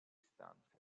stante